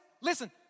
listen